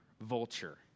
Vulture